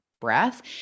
Breath